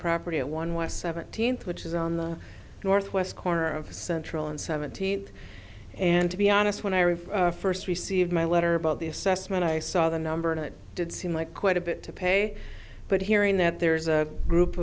property at one west seventeenth which is on the northwest corner of central and seventeenth and to be honest when i read first received my letter about the assessment i saw the number and it did seem like quite a bit to pay but hearing that there's a group